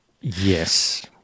yes